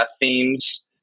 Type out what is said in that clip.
themes